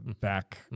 back